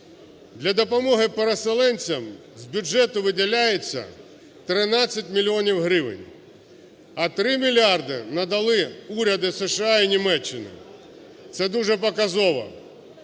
Для допомогти переселенцям з бюджету виділяється 13 мільйонів гривень, а 3 мільярди надали уряди США і Німеччини. Це дуже показово.